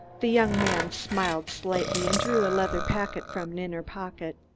the young man smiled slightly and drew a leather packet from an inner pocket.